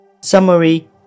Summary